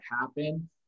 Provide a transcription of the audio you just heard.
happen